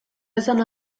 esan